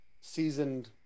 seasoned